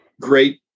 great